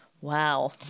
Wow